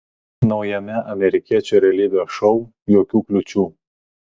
naujame amerikiečių realybės šou jokių kliūčių